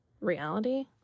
reality